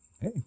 Hey